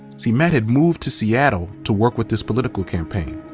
see, matt had moved to seattle to work with this political campaign,